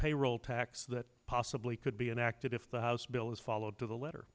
payroll tax that possibly could be enacted if the house bill is for load to the letter